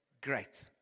great